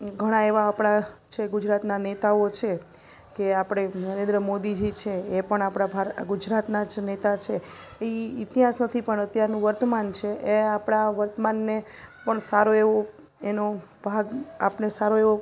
ઘણાં એવાં આપણા છે ગુજરાતનાં નેતાઓ છે કે આપણે નરેન્દ્ર મોદીજી છે એ પણ આપણા ભાર ગુજરાતનાં જ નેતા છે એ ઇતિહાસ નથી પણ અત્યારનું વર્તમાન છે એ આપણા વર્તમાનને પણ સારું એવું એનો ભાગ આપણે સારો એવો